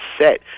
set